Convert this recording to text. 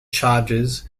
chargers